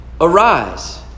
Arise